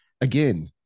again